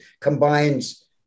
combines